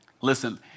Listen